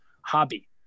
hobby